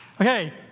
Okay